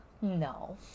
no